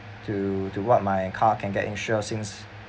to to what my car can get insurance since